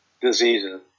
diseases